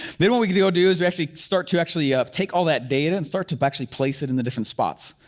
then what we're gonna ah do, we're actually, start to actually ah take all that data and start to actually place it into different spots.